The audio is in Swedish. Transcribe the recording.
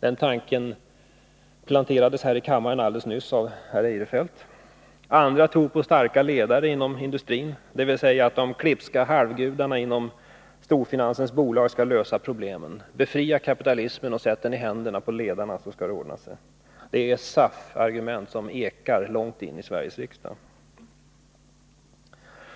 Den tanken planterades i kammaren nyss av herr Eirefelt. Andra tror på starka ledare inom industrin — dvs. att de klipska ”halvgudarna” inom storfinansens bolag skalllösa problemen. Befria kapitalismen och sätt den i händerna på ledarna, så ordnar sig allt — det är SAF-argument som ekar långt in i Sveriges riksdag.